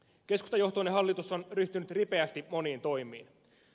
keskustajohtoinen hallitus on ryhtynyt ripeästi moniin toimiin